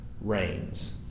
reigns